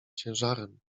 ciężarem